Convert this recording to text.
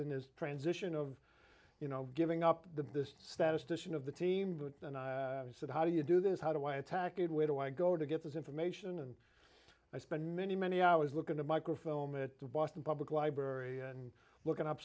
in his transition of you know giving up the statistician of the team and i said how do you do this how do i attack it where do i go to get this information and i spent many many hours looking to microfilm it the boston public library and looking up